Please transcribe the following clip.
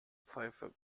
pfeife